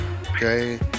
Okay